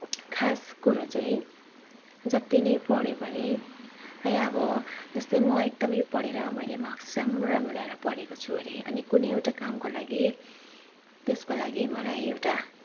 खास कुरो चाहिँ जति नै पढे पनि है अब जस्तै म एकदमै पढेर मैले एकदमै मार्क्स राम्रो राम्रो ल्याएर पढेअ को छु अरे अनि कुनै एउटा कामको लागि त्यसको लागि मलाई एउटा